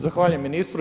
Zahvaljujem ministru.